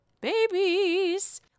Babies